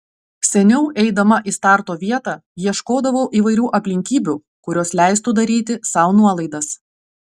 seniau eidama į starto vietą ieškodavau įvairių aplinkybių kurios leistų daryti sau nuolaidas